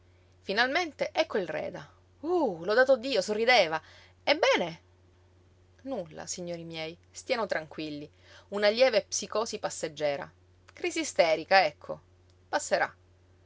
finalmente ecco il reda uh lodato dio sorrideva ebbene nulla signori miei stiano tranquilli una lieve psicosi passeggera crisi isterica ecco passerà